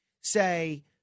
say